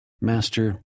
Master